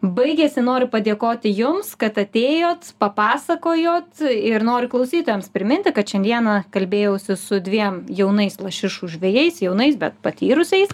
baigiasi noriu padėkoti jums kad atėjot papasakojot ir noriu klausytojams priminti kad šiandieną kalbėjausi su dviem jaunais lašišų žvejais jaunais bet patyrusiais